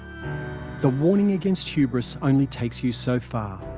the warning against hubris only takes you so far.